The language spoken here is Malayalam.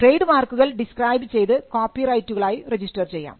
ട്രേഡ് മാർക്കുകൾ ഡിസ്ക്രൈബ് ചെയ്തു കോപ്പിറൈറ്റുകളായി രജിസ്റ്റർ ചെയ്യാം